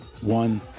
one